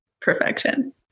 perfection